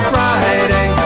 Friday